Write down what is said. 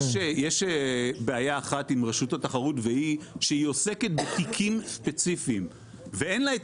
יש בעיה אחת עם רשות התחרות וזה שהיא עוסקת בתיקים ספציפיים ואין לה את